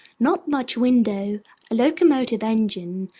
not much window, locomotive engine,